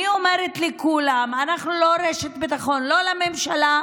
אני אומרת לכולם, אנחנו לא רשת ביטחון לממשלה,